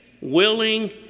willing